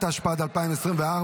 התשפ"ד 2024,